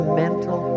mental